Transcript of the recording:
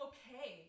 Okay